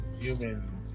human